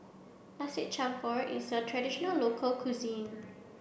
Nasi Campur is a traditional local cuisine